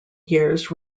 years